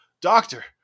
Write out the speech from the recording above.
doctor